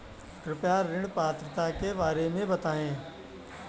कृपया ऋण पात्रता के बारे में बताएँ?